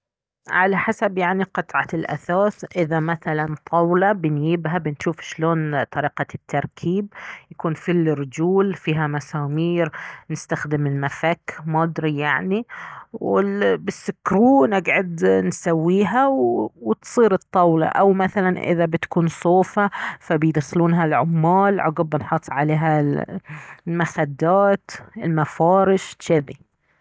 على حسب يعني قطعة الاثاث اذا مثلا طاولة بنيبها بنشوف شلون طريقة التركيب يكون في الرجول فيها مسامير نستخدم المفك ما ادري يعني وبسكرو نقعد نسويها وتصير الطاولة او مثلا اذا بتكون صوفا فبيدخلونها العمال عقب بنحط عليها المخدات المفارش جذي